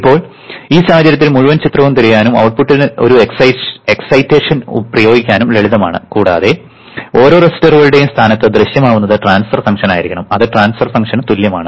ഇപ്പോൾ ഈ സാഹചര്യത്തിൽ മുഴുവൻ ചിത്രവും തിരിയാനും ഔട്ട്പുട്ടിൽ ഒരു എക്സൈറ്റേഷൻ പ്രയോഗിക്കാനും ലളിതമാണ് കൂടാതെ ഓരോ റെസിസ്റ്ററുകളുടെയും സ്ഥാനത്ത് ദൃശ്യമാകുന്നത് ട്രാൻസ്ഫർ ഫംഗ്ഷനായിരിക്കണം അത് ട്രാൻസ്ഫർ ഫംഗ്ഷന് തുല്യമാണ്